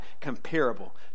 comparable